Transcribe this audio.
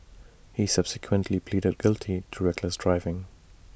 he subsequently pleaded guilty to reckless driving